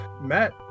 Matt